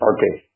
Okay